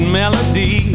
melody